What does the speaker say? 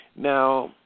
Now